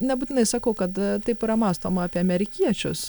nes aš na nebūtinai sakau kad taip yra mąstoma apie amerikiečius